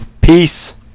Peace